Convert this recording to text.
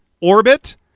orbit